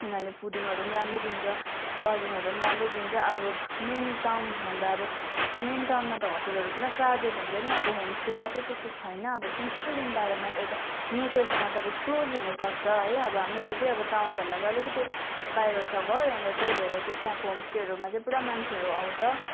उनीहरूले फुडिङहरू पनि राम्रो दिन्छ लजिङहरूम राम्रै दिन्छ अब मेन टाउनभन्दा अब त्यो मेन टाउनमा त होटेलहरू पुरा क्राउडेड हुन्छ नि अब होमस्टेमा चाहिँ त्यस्तो छैन अब पिसफुल एन्भारोमेन्ट एउटा नेचरसँग तपाईँ क्लोज हुनु सक्छ है अब मेरो चाहिँ अब टाउनभन्दा अलिकति बाहिर छ घर अन्त त्यही भएर चाहिँ त्यहाँको होमस्टेहरूमा चाहिँ पुरा मान्छेहरू आउँछ